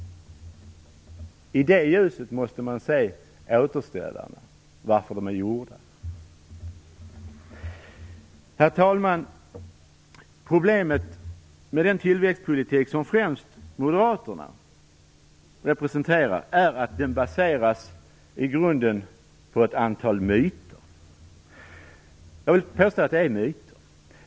I det ljuset måste man se återställarna. Herr talman! Problemet med den tillväxtpolitik som främst Moderaterna representerar är att den i grunden baseras på ett antal myter. Jag vill påstå att det är myter.